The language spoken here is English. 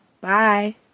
Bye